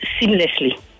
seamlessly